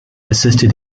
assisted